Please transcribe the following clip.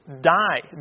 die